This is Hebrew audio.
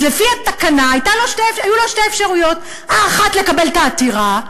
אז לפי התקנה היו לו שתי אפשרויות: האחת לקבל את העתירה,